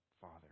Father